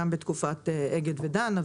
גם לא בתקופת אגד ודן,